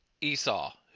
Esau